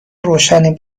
روشنی